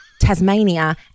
Tasmania